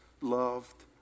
loved